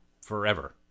forever